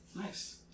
Nice